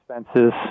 expenses